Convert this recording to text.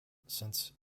since